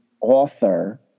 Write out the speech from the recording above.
author